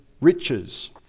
riches